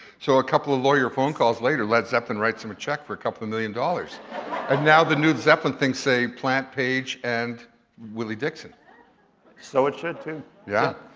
so a couple of lawyer phone calls later, led zeppelin writes him a check for a couple of million dollars and now the new zeppelin things say, plant page and willie dixon so it should too. rb yeah.